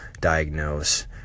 diagnose